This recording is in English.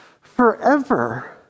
forever